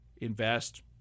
Invest